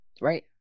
Right